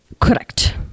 Correct